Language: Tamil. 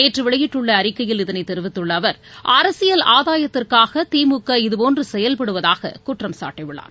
நேற்றுவெளியிட்டுள்ளஅறிக்கையில் இதனைத் தெரிவித்துள்ளஅவர் அரசியல் ஆதாயத்திற்காகதிமுக இதுபோன்றுசெயல்படுவதாககுற்றம்சாட்டியுள்ளார்